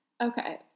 Okay